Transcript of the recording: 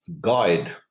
guide